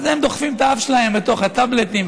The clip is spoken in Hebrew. אז הם דוחפים את האף שלהם בתוך הטאבלטים,